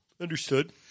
Understood